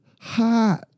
hot